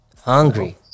Hungry